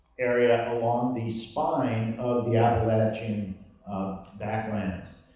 area along the spine of the appalachian backlands.